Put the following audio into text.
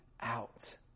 out